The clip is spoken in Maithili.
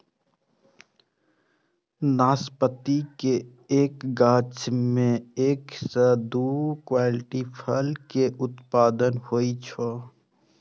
नाशपाती के एक गाछ मे एक सं दू क्विंटल फल के उत्पादन होइ छै